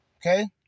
Okay